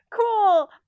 cool